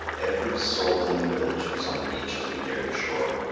every soul in the village was on the beach as we neared the shore.